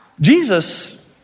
Jesus